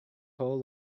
whole